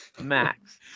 max